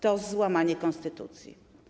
To złamanie konstytucji.